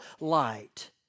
light